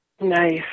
Nice